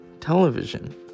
television